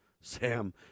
Sam